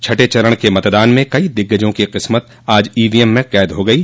छठे चरण के मतदान में कई दिग्गजों की किस्मत आज ईवीएम में कैद हो गयी